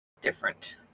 different